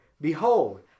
behold